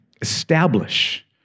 Establish